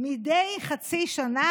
מדי חצי שנה,